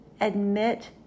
Admit